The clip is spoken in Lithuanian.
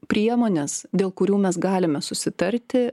priemones dėl kurių mes galime susitarti